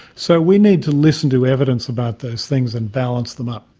so we need to listen to evidence about those things and balance them up.